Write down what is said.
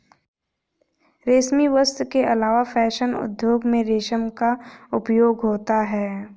रेशमी वस्त्र के अलावा फैशन उद्योग में रेशम का उपयोग होता है